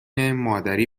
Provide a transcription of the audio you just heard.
مادری